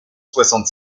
soixante